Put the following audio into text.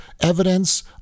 evidence